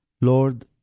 Lord